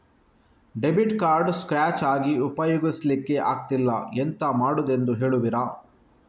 Debit card scratch ಆಗಿ ಉಪಯೋಗಿಸಲ್ಲಿಕ್ಕೆ ಆಗ್ತಿಲ್ಲ, ಎಂತ ಮಾಡುದೆಂದು ಹೇಳುವಿರಾ?